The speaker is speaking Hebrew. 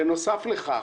בנוסף לכך,